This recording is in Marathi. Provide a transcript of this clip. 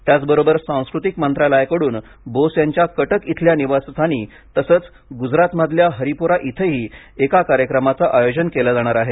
त्याचबरोबर सांस्कृतिक मंत्रालयाकडून बोस यांच्या कटक इथल्या जन्मस्थानी तसच गुजरातमधल्या हरिपुरा इथही एका कार्यक्रमाचं आयोजन केलं जाणार आहे